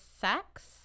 sex